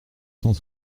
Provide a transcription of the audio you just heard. cent